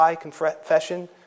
confession